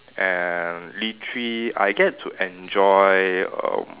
and literally I get to enjoy err